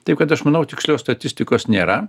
taip kad aš manau tikslios statistikos nėra